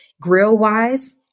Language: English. grill-wise